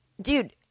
dude